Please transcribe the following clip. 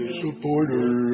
supporter